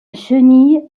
chenille